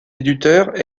éditeur